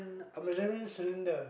measuring cylinder